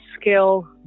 skill